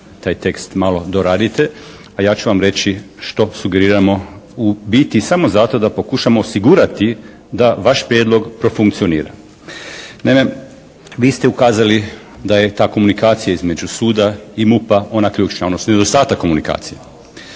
taj tekst malo doradite. A ja ću vam reći što sugeriramo u biti samo zato da pokušamo osigurati da vaš prijedlog profunkcionira. Naime, vi ste ukazali da je ta komunikacija između suda i MUP-a ona ključna, odnosno nedostatak komunikacije.